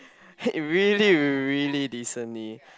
really really decently